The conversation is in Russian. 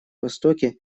востоке